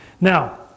Now